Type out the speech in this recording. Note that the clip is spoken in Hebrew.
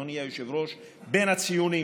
אדוני היושב-ראש, בין הציונים